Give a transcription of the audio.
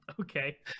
Okay